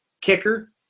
kicker